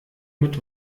mit